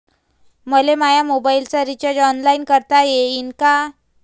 मले माया मोबाईलचा रिचार्ज ऑनलाईन करता येईन का?